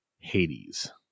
Hades